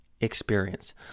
experience